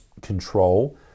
control